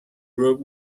group